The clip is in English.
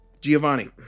Giovanni